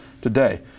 today